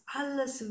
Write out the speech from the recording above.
alles